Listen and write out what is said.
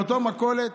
לאותה מכולת,